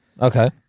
Okay